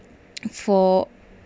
for